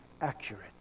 accurate